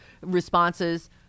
responses